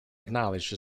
acknowledged